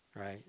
right